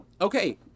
Okay